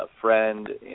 friend